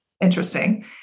interesting